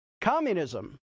communism